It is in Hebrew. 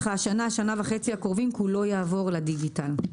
השנה-שנה וחצי הקרובות כולו יעבור לדיגיטל.